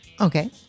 Okay